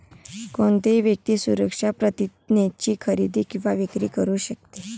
कोणतीही व्यक्ती सुरक्षा प्रतिज्ञेची खरेदी किंवा विक्री करू शकते